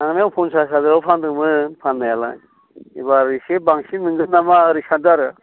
थांनायाव फनसाच हाजाराव फानदोंमोन फान्नायालाय ओइबार एसे बांसिन मोनगोन नामा ओरै सानदों आरो